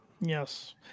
Yes